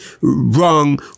wrong